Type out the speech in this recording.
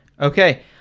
okay